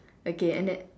okay and then